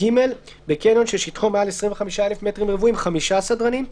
בקניון ששטחו מעל 25,000 מטרים רבועים 5 סדרנים,